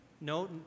No